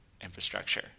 infrastructure